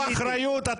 אחריות.